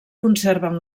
conserven